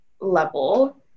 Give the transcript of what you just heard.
level